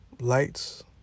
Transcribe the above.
Lights